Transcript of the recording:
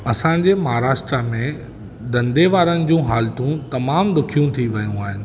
असांजे महाराष्ट्र में धंधे वारनि जूं हालतूं तमामु ॾुखियूं थी वियूं आहिनि